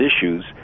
issues